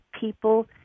people